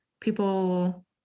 people